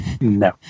No